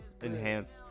Enhanced